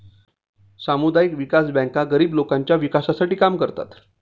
सामुदायिक विकास बँका गरीब लोकांच्या विकासासाठी काम करतात